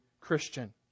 Christian